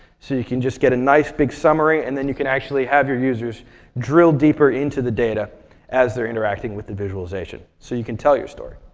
so you can just get a nice big summary, and then you can actually have your users drill deeper into the data they're interacting with the visualization. so you can tell your story.